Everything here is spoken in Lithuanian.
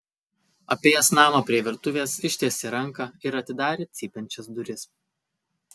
apėjęs namą prie virtuvės ištiesė ranką ir atidarė cypiančias duris